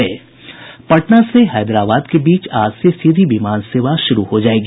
पटना से हैदराबाद के बीच आज से सीधी विमान सेवा शुरू हो जायेगी